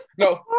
No